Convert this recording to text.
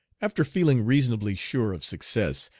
after feeling reasonably sure of success,